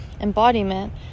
embodiment